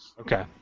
Okay